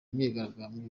imyigaragambyo